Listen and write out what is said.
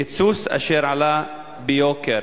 קיצוץ אשר עלה ביוקר.